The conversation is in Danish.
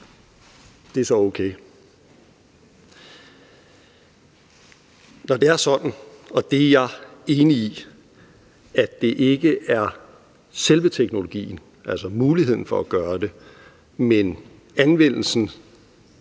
er okay. Når det er sådan – og det er jeg enig i – at det ikke er selve teknologien, altså muligheden for at gøre det, men anvendelsen